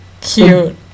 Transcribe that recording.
Cute